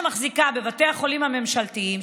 שמחזיקה בבתי החולים הממשלתיים,